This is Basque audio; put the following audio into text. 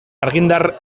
argindar